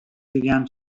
began